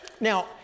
Now